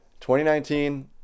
2019